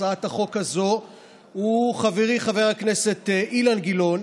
הצעת החוק הזו הוא חברי חבר הכנסת אילן גילאון,